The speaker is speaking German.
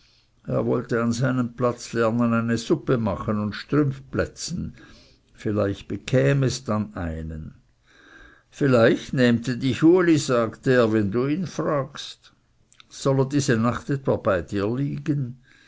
er wollte an seinem platz lernen eine suppe machen und strümpf plätzen vielleicht bekäme es dann einen vielleicht nähmte dich uli sagte er wenn du ihn fragst soll er diese nacht etwa bei dir liegen